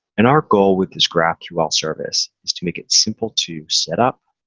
and our goal with this graphql service is to make it simple to set up,